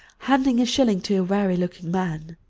handing a shilling to a weary-looking man.